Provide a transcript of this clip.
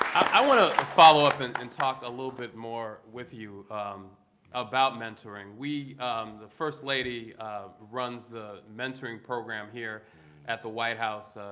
i want to follow up and and talk a little bit more with you about mentoring. the first lady runs the mentoring program here at the white house.